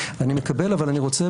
אני מקבל אבל אני רוצה,